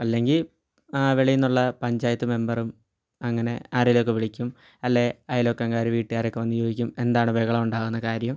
അല്ലെങ്കിൽ വെളിയിൽ നിന്നുള്ള പഞ്ചായത്ത് മെമ്പറും അങ്ങനെ ആരേലൊക്കെ വിളിക്കും അല്ലേൽ അയൽവക്കംകാർ വീട്ടുകാരൊക്കെ വന്ന് ചോദിക്കും എന്താണ് ബഹളം ഉണ്ടാവുന്ന കാര്യം